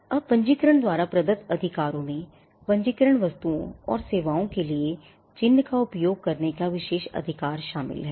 अब पंजीकरण द्वारा प्रदत्त अधिकारों में पंजीकृत वस्तुओं और सेवाओं के लिए चिह्न का उपयोग करने का विशेष अधिकार शामिल है